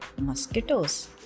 mosquitoes